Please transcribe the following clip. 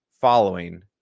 following